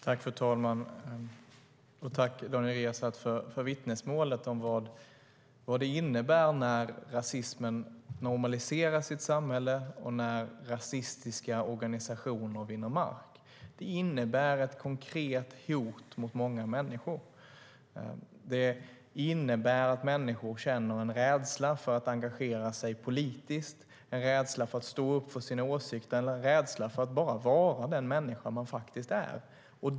Fru talman! Tack, Daniel Riazat, för vittnesmålet om vad det innebär när rasismen normaliseras i ett samhälle och när rasistiska organisationer vinner mark. Det innebär ett konkret hot mot många människor. Det innebär att människor känner en rädsla för att engagera sig politiskt, rädsla för att stå upp för sin åsikt eller rädsla för att bara vara den människa man faktiskt är.